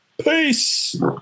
Peace